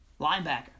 linebacker